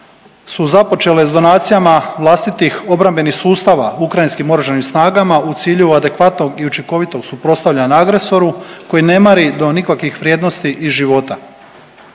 su započele s donacijama vlastitih obrambenih sustava ukrajinskim oružanim snagama u cilju adekvatnog i učinkovitog suprotstavljanja agresoru koji ne mari do nikakvih vrijednosti i života.